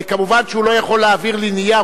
כמובן שהוא לא יכול להעביר לי נייר,